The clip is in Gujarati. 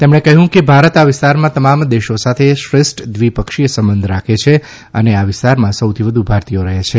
તેમણે કહ્યું કે ભારત આ વિસ્તારના તમામ દેશો સાથે શ્રેષ્ઠ દ્વિપક્ષીય સંબંધ રાખે છે અને આ વિસ્તારમાં સૌથી વધુ ભારતીયો રહે છે